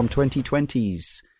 2020's